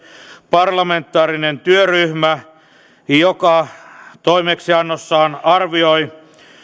parlamentaarinen työryhmä joka toimeksiannossaan arvioi